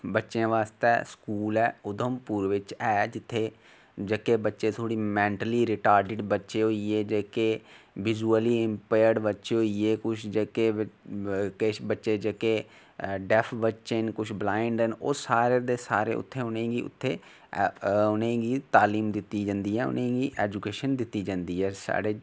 बच्चें आस्तै स्कूल ऐ उधमपुर बिच जित्थै जेह्के मेंटली रिटार्डड बच्चे होइये जेह्के विजुअली इम्पेयरड़ बच्चे होइये कुछ जेह्क कुछ बच्चे जेह्के डेफ बच्चे न कुछ ब्लाईंड न सारे दे सारे उत्थै उ'नेंगी तालीम दित्ती जंदी ऐ उ'नेंगी एजूकेशन दित्ती जंदी ऐ साढ़े